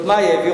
מה אני אעשה?